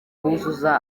buzuza